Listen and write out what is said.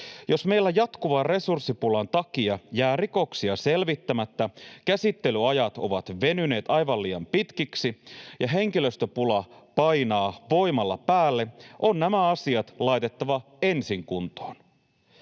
Jos meillä jatkuvan resurssipulan takia jää rikoksia selvittämättä, käsittelyajat ovat venyneet aivan liian pitkiksi ja henkilöstöpula painaa voimalla päälle, on nämä asiat laitettava ensin kuntoon.